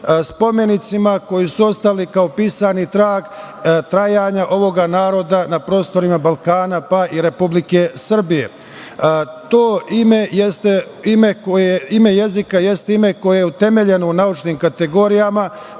spomenicima koji su ostali kao pisani trag trajanja ovog naroda na prostorima Balkana, pa i Republike Srbije. To ime jezika jeste ime koje je utemeljeno u naučnim kategorijama,